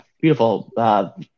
beautiful